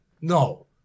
No